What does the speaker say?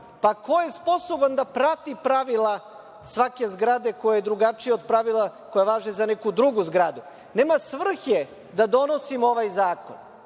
Pa ko je sposoban da prati pravila svake zgrade koje je drugačije od pravila koja važe za neku drugu zgradu? Nema svrhe da donosimo ovaj zakon